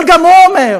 אבל גם הוא אומר: